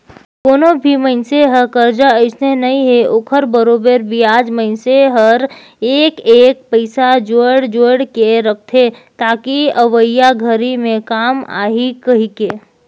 कोनो भी मइनसे हर करजा अइसने नइ हे ओखर बरोबर बियाज मइनसे हर एक एक पइसा जोयड़ जोयड़ के रखथे ताकि अवइया घरी मे काम आही कहीके